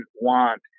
want